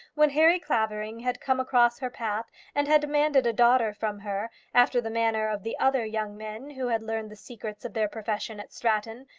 when harry clavering had come across her path and had demanded a daughter from her, after the manner of the other young men who had learned the secrets of their profession at stratton,